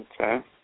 Okay